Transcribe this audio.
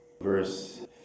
verse